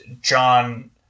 John